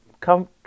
come